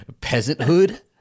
peasanthood